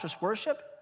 worship